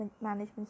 management